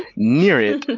near it,